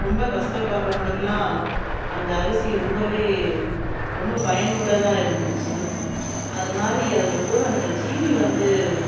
ரொம்ப கஷ்டப்படுறவங்களுக்குலாம் அந்த அரிசி ரொம்பவே ரொம்ப பயனுள்ளதாக இருந்திச்சு அதுமாதிரி அதில் போடுற அந்த சீனி வந்து